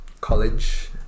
college